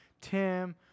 Tim